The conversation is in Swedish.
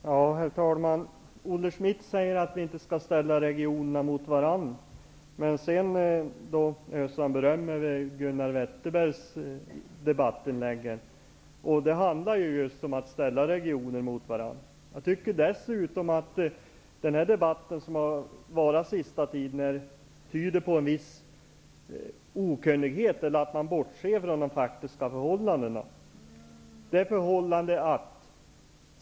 Herr talman! Olle Schmidt säger att vi inte skall ställa regionerna mot varandra. Sedan öser han beröm över Gunnar Wetterbergs debattinlägg. Det handlar just om att ställa regioner mot varandra. Jag tycker dessutom att den här debatten tyder på en viss okunnighet, att man bortser från de faktiska förhållandena.